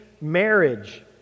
marriage